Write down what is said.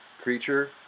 creature